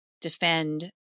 defend